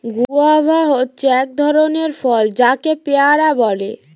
guava হচ্ছে এক ধরণের ফল যাকে পেয়ারা বলে